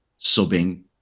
subbing